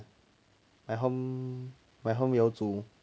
my home my home 有煮